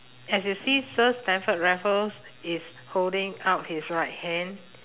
as you see sir stamford raffles is holding out his right hand